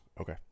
Okay